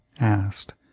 asked